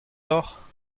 deocʼh